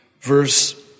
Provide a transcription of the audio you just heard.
Verse